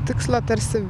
tikslo tarsi